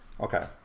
okay